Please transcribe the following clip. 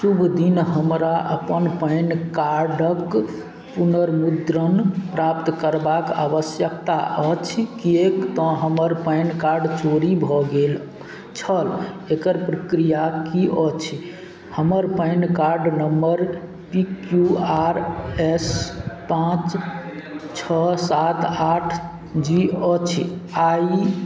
शुभ दिन हमरा अपन पैन कार्डके पुनर्मुद्रण प्राप्त करबाक आवश्यकता अछि किएक तँ हमर पैन कार्ड भऽ गेल छल एकर प्रक्रिया कि अछि हमर PAN card number P Q R S पाँच छओ सात आठ जी अछि आओर ई